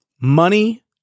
Money